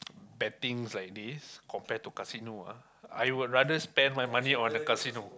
bettings like these compared to casino ah I would rather spend my money on casino